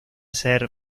hacer